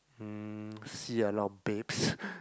mm see a lot of babes